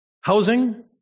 Housing